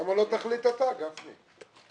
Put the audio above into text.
למה לא תחליט אתה, גפני?